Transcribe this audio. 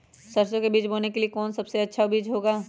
सरसो के बीज बोने के लिए कौन सबसे अच्छा बीज होगा?